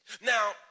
Now